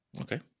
Okay